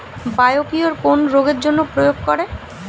Biocure কোন রোগেরজন্য প্রয়োগ করে?